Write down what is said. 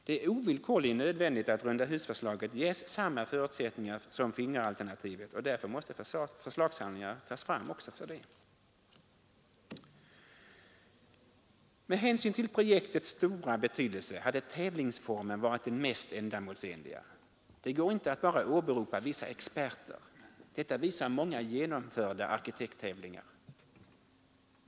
Det är ovillkorligen nödvändigt att rundahusförslaget ges samma förutsättningar som fingeralternativet, och därför måste förslagshandlingar tas fram också för det. Med hänsyn till projektets stora betydelse hade tävlingsformen varit den mest ändamålsenliga. Det går inte att bara åberopa vissa experter; detta visar många genomförda arkitekttävlingar.